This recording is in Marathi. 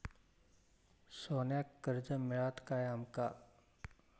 सोन्याक कर्ज मिळात काय आमका?